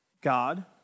God